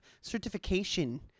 certification